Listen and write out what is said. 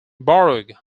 borough